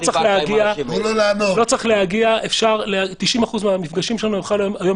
לא צריך להגיע כי 90% מהמפגשים שלנו הם וירטואליים.